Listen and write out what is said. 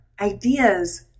ideas